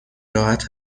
راحت